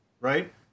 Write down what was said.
right